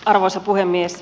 arvoisa puhemies